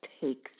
takes